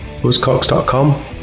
Buzzcocks.com